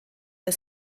der